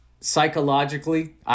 Psychologically